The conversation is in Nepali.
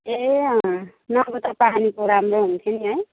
ए अँ नभए त पानीको राम्रो हुन्थ्यो नि है